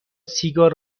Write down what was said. سیگار